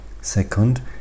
Second